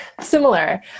similar